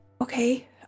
Okay